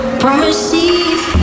promises